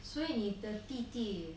所以你的弟弟